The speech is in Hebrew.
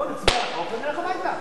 בוא נצביע על החוק ונלך הביתה.